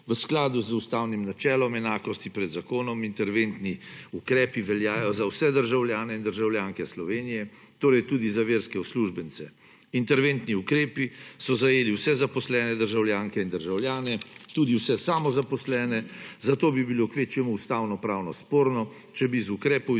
v skladu z ustavnim načelom enakosti pred zakonom interventni ukrepi veljajo za vse državljane in državljanke Slovenije, torej tudi za verske uslužbence. Interventni ukrepi so zajeli vse zaposlene državljanke in državljane, tudi vse samozaposlene, zato bi bilo kvečjemu ustavnopravno sporno, če bi iz ukrepov izključil